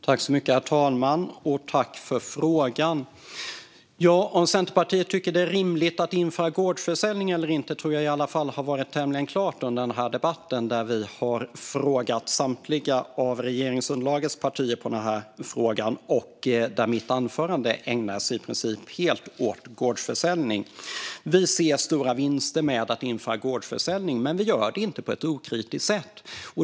Herr talman! Tack, ledamoten, för frågan! Om Centerpartiet tycker att det är rimligt att införa gårdsförsäljning eller inte tror jag har stått tämligen klart under den här debatten då vi har frågat samtliga av regeringsunderlagets partier om den här frågan och då mitt anförande i princip helt ägnas åt gårdsförsäljning. Vi ser stora vinster med att införa gårdsförsäljning, men vi gör det inte på ett okritiskt sätt.